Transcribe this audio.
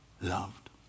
loved